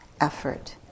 effort